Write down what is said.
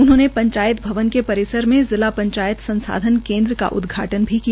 उन्होंने पंचायत भवन के परिसर में जिला पंचायत संसाधन केन्द्र का उदघाटन भी किया